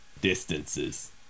distances